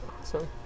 Awesome